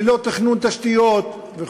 ללא תכנון תשתיות וכו'.